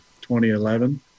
2011